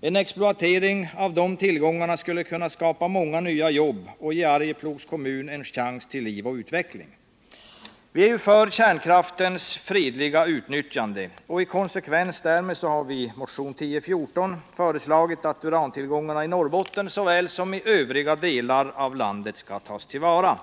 En exploatering av dessa tillgångar skulle kunna skapa många nya jobb och ge Arjeplogs kommun en chans till liv och utveckling. Vi är för kärnkraftens fredliga utnyttjande, och i konsekvens därmed föreslår vi i motionen 1014 att urantillgångarna i Norrbotten såväl som i övriga delar av landet skall tas till vara.